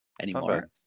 anymore